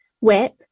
Whip